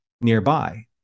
nearby